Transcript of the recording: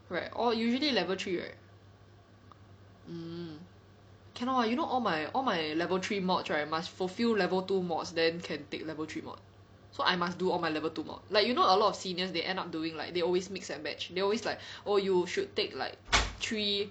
right orh usually level three right mm cannot lah you know all my all my level three mods right must fulfil level two mods then can take level three mods so I must do all my level two mods like you know a lot of seniors they end up doing like they always mix and match they always like oh you should take like three